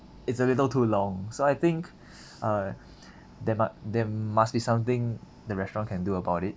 it's a little too long so I think uh there mu~ there must be something the restaurant can do about it